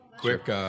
Quick